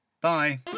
Bye